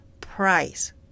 price